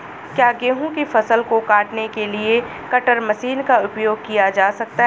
क्या गेहूँ की फसल को काटने के लिए कटर मशीन का उपयोग किया जा सकता है?